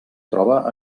troba